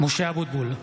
משה אבוטבול,